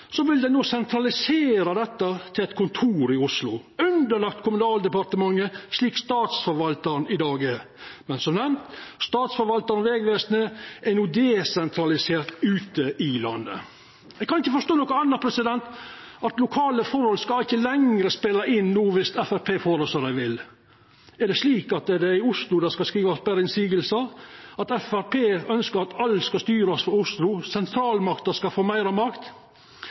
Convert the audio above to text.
vil dei no sentralisera dette til eit kontor i Oslo – underlagt Kommunaldepartementet, slik Statsforvaltaren i dag er. Men som nemnd: Statsforvaltaren og Vegvesenet er no desentraliserte ute i landet. Eg kan ikkje forstå noko anna enn at lokale forhold ikkje lenger skal spela inn, viss Framstegspartiet får det som dei vil. Er det slik at det er berre i Oslo det skal skrivast motsegner, at Framstegspartiet ønskjer at alt skal styrast frå Oslo, at sentralmakta skal få meir makt?